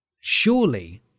surely